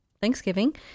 Thanksgiving